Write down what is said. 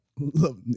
Love